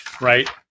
right